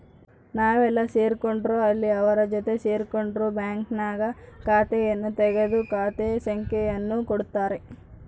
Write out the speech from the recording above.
ನಾವೆಲ್ಲೇ ಸೇರ್ಕೊಂಡ್ರು ಅಲ್ಲಿ ಅವರ ಜೊತೆ ಸೇರ್ಕೊಂಡು ಬ್ಯಾಂಕ್ನಾಗ ಖಾತೆಯನ್ನು ತೆಗೆದು ಖಾತೆ ಸಂಖ್ಯೆಯನ್ನು ಕೊಡುತ್ತಾರೆ